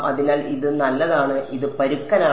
അതിനാൽ ഇത് നല്ലതാണ് ഇത് പരുക്കനാണ്